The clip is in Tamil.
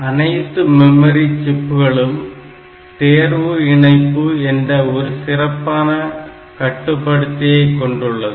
அனைத்து மெமரி சிப்களும் தேர்வு இணைப்பு என்ற ஒரு சிறப்பான கட்டுப்படுத்தியைக்கொண்டுள்ளது